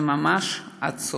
זה ממש עצוב.